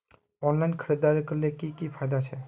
Online खरीदारी करले की की फायदा छे?